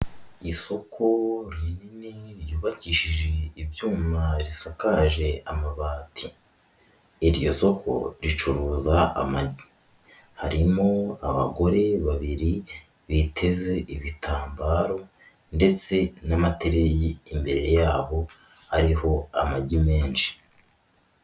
Isoko rinini ryubakishije ibyuma, risakaje amabati, iryo soko ricuruza amagi, harimo abagore babiri biteze ibitambaro ndetse n'amatereyi imbere yabo ariho amagi menshi.